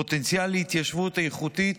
פוטנציאל להתיישבות איכותית,